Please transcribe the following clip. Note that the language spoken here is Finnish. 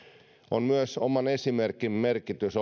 on myös oman esimerkin merkitys